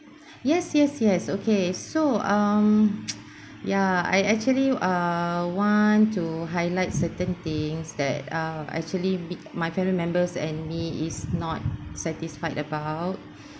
yes yes yes okay so um ya I actually ah want to highlight certain things that are actually mi~ my family members and me is not satisfied about